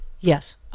yes